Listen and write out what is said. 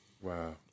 wow